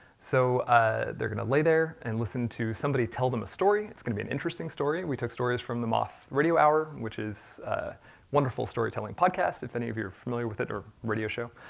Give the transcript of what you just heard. so ah they're going to lay there, and listen to somebody tell them a story. it's going to be an interesting story. we took stories from the moth, radio hour, which is wonderful storytelling podcast. if any of you are familiar with it, or radio show.